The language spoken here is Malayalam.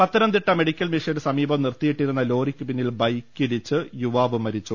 പത്തനംതിട്ട മെഡിക്കൽ മിഷന് സമീപം നിർത്തിയിട്ടിരുന്ന ലോറിക്ക് പിന്നിൽ ബൈക്കിടിച്ച് യുവാവ് മരിച്ചു